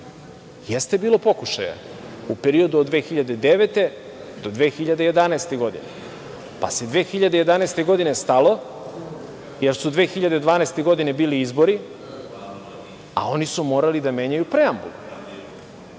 Jeste bilo pokušaja u periodu od 2009. do 2011. godine, pa se 2011. godine stalo, jer su 2012. godine bili izbori, a oni su morali da menjaju preambulu.